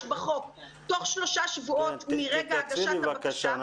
בחוק תוך שלושה שבועות- - תקצרי בבקשה,